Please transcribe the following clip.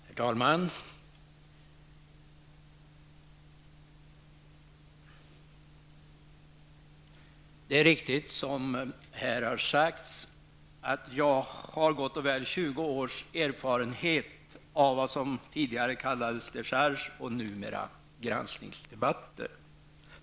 Herr talman! Det är riktigt som här har sagts att jag har gott och väl 20 års erfarenhet av vad som tidigare kallades decharge och numera granskningsdebatter.